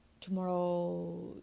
tomorrow